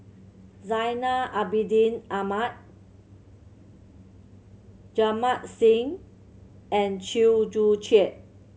Zainal Abidin Ahmad Jamit Singh and Chew Joo Chiat